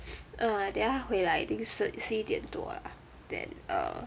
uh 等一下她回来 think 十十一点多 ah then err